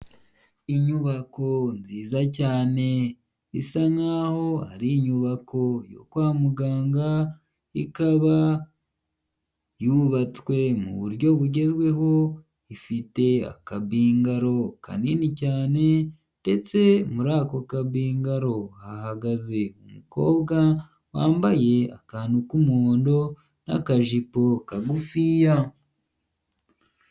Inyubako nziza cyane isa nkaho ari inyubako yo kwa muganga, ikaba yubatswe mu buryo bugezweho, ifite akabingaro kanini cyane ndetse muri ako kabingaro hahagaze umukobwa wambaye akantu k'umuhondo n'akajipo kagufiya.